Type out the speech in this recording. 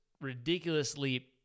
ridiculously